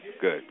good